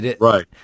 Right